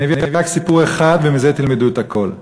אני אביא רק סיפור אחד, ומזה תלמדו הכול.